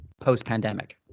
post-pandemic